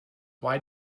why